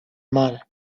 mar